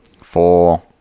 four